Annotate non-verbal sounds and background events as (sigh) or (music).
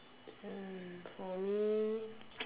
hmm for me (noise)